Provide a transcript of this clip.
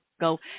go